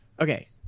Okay